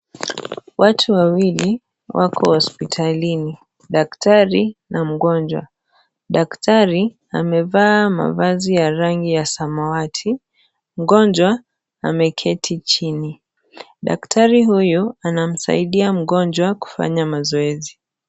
Watu wawili wako hospitalini daktari na mgonjwa, daktari amevaa mavazi ya rangi ya samawati, mgonjwa ameketi chini. Daktari huyu anamsaidia mgonjwa kufanya mazoezi.